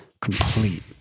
complete